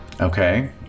Okay